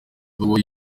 ibaruwa